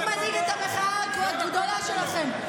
הוא מנהיג את המחאה הגדולה שלכם.